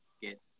get